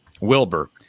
Wilbur